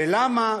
ולמה,